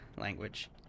language